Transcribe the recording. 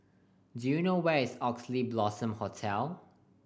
do you know where is Oxley Blossom Hotel